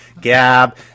Gab